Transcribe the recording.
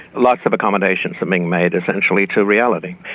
lots of accommodations are being made, essentially, to reality.